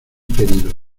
querido